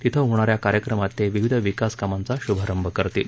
तिथे होणाऱ्या कार्यक्रमात ते विविध विकास कामांचा शुभारंभ करतील